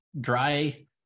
dry